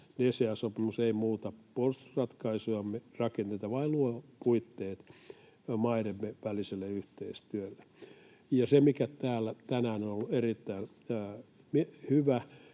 DCA-sopimus ei muuta puolustusratkaisujamme, -rakenteita vaan luo puitteet maidemme väliselle yhteistyölle. Se, mikä täällä tänään on ollut erittäin hyvä,